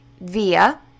via